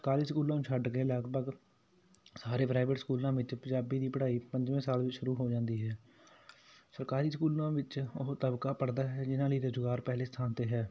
ਸਰਕਾਰੀ ਸਕੂਲਾਂ ਨੂੰ ਛੱਡ ਕੇ ਲਗਭਗ ਸਾਰੇ ਪ੍ਰਾਈਵੇਟ ਸਕੂਲਾਂ ਵਿੱਚ ਪੰਜਾਬੀ ਦੀ ਪੜ੍ਹਾਈ ਪੰਜਵੇਂ ਸਾਲ ਵਿੱਚ ਸ਼ੁਰੂ ਹੋ ਜਾਂਦੀ ਹੈ ਸਰਕਾਰੀ ਸਕੂਲਾਂ ਵਿੱਚ ਉਹ ਤਬਕਾ ਪੜ੍ਹਦਾ ਹੈ ਜਿਨ੍ਹਾਂ ਲਈ ਰੁਜ਼ਗਾਰ ਪਹਿਲੇ ਸਥਾਨ 'ਤੇ ਹੈ